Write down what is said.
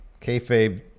Kayfabe